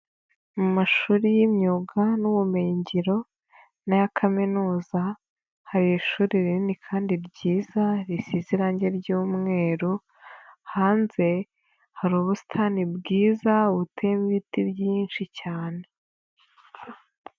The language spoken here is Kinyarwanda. Mu mashuri y'imyuga n'ubumenyingiro n'aya kaminuza hari ishuri rinini kandi ryiza risize irangi r'yumweru, hanze hari ubusitani bwiza buteyemo ibiti byinshi cyane.